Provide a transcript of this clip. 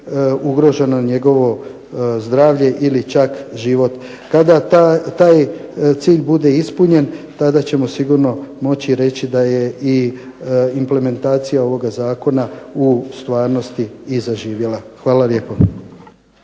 ugroženo njegovo zdravlje ili čak život. Kada taj cilj bude ispunjen tada ćemo sigurno moći reći da je i implementacija ovoga zakona u stvarnosti i zaživjela. Hvala lijepo.